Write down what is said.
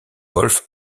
wolf